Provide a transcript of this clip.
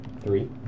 Three